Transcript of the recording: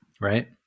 Right